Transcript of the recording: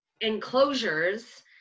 enclosures